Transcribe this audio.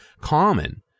common